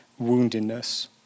woundedness